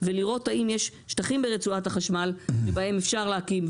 ומיד כשאני אסיים ניכנס ממש למספרים,